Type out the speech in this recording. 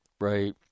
right